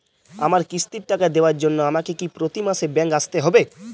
আমার কিস্তির টাকা দেওয়ার জন্য আমাকে কি প্রতি মাসে ব্যাংক আসতে হব?